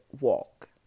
walk